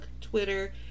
Twitter